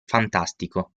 fantastico